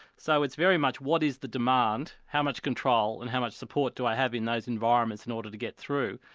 so it's very much what is the demand, how much control and how much support do i have in those environments in order to get through.